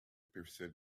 perceived